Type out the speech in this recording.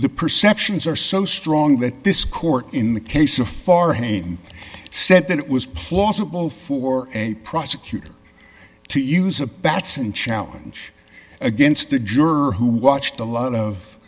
the perceptions are so strong that this court in the case of far haim said that it was plausible for a prosecutor to use a batson challenge against a juror who watched a lot of